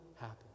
happen